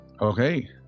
Okay